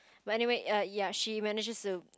but anyway err ya she manages to